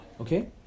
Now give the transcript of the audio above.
okay